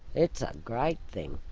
it's a great thing.